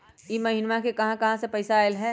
इह महिनमा मे कहा कहा से पैसा आईल ह?